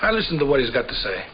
i listen to what he's got to say